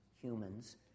humans